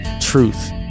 truth